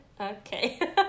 okay